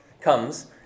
comes